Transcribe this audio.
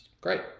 Great